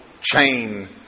chain